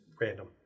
random